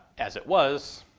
as it was,